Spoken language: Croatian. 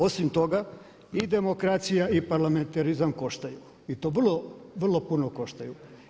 Osim toga i demokracija i parlamentarizam koštaju i to vrlo, vrlo puno koštaju.